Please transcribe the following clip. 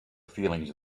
feelings